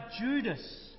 Judas